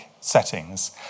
settings